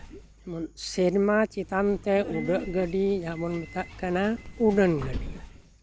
ᱥᱮᱨᱢᱟ ᱪᱮᱛᱟᱱᱛᱮ ᱩᱰᱟᱹᱜ ᱜᱟᱹᱰᱤ ᱡᱟᱦᱟᱸ ᱵᱚᱱ ᱢᱮᱛᱟᱜ ᱠᱟᱱᱟ ᱡᱟᱦᱟᱸ ᱵᱚᱱ ᱢᱮᱛᱟᱜ ᱠᱟᱱᱟ ᱩᱰᱟᱹᱱ ᱜᱟᱹᱰᱤ